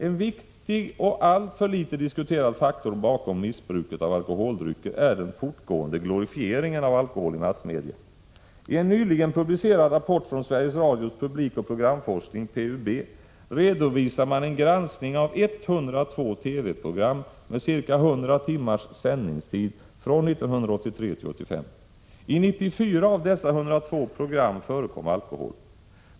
En viktig och alltför litet diskuterad faktor bakom missbruket av alkoholdrycker är den fortgående glorifieringen av alkohol i massmedia. I en nyligen publicerad rapport från Sveriges Radios publikoch programforskning, PUB, redovisar man en granskning av 102 TV-program med ca 100 timmars sändningstid från 1983 till 1985. I 94 av dessa 102 program förekom alkohol.